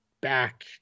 back